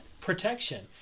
protection